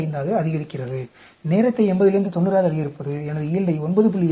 35 ஆக அதிகரிக்கிறது நேரத்தை 80 லிருந்து 90 ஆக அதிகரிப்பது எனது யீல்டை 9